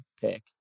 pick